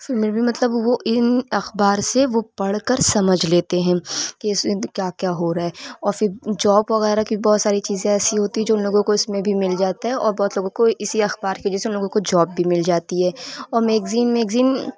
پھر بھی مطلب وہ ان اخبار سے وہ پڑھ کر سمجھ لیتے ہیں کہ اس میں کیا کیا ہو رہا ہے اور پھر جاب وغیرہ کی بہت ساری چیزیں ایسی ہوتی ہیں جو ان لوگوں کو اس میں بھی مل جاتا ہے اور بہت لوگوں کو اسی اخبار کی وجہ سے ان لوگوں کو جاب بھی مل جاتی ہے اور میگزین میگزین